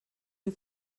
die